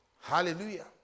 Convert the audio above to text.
Hallelujah